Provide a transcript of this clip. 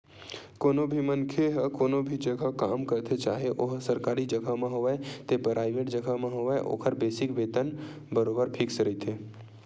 कोनो भी मनखे ह कोनो भी जघा काम करथे चाहे ओहा सरकारी जघा म होवय ते पराइवेंट जघा म होवय ओखर बेसिक वेतन बरोबर फिक्स रहिथे